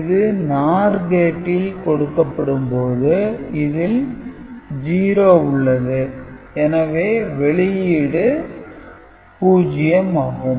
இது NOR கேட்டில் கொடுக்கப்படும் போது இதில் 0 உள்ளது எனவே வெளியீடு 0 ஆகும்